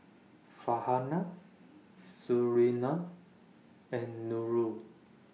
Farhanah Surinam and Nurul